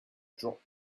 dropped